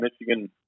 Michigan